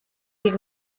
dic